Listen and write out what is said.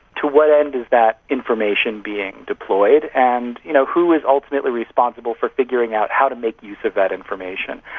to what end is that information being deployed, and you know who is ultimately responsible for figuring out how to make use of that information?